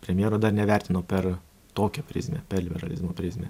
premjero dar nevertinau per tokią prizmę per liberalizmo prizmę